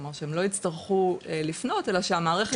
שהם לא יצטרכו לפנות אלא שהמערכת תפנה אליהם.